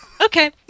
okay